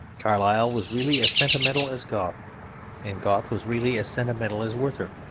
carlyle was really as sentimental as goethe and goethe was really as sentimental as werther.